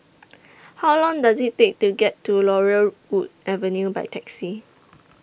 How Long Does IT Take to get to Laurel Wood Avenue By Taxi